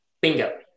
Bingo